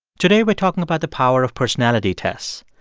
today we're talking about the power of personality tests.